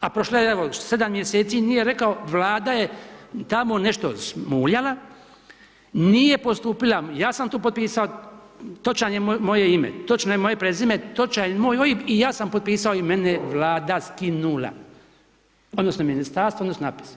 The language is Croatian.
a prošlo je evo 7 mjeseci, nije rekao Vlada je tamo nešto smuljala, nije postupila ja sam tu potpisao točan je moje ime, točno je moje prezime, točan je moj OIB i ja sam potpisao i mene je Vlada skinula, odnosno ministarstvo, odnosno APIS.